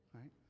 right